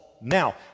Now